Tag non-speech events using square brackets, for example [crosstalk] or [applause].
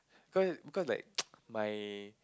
because because like [noise] my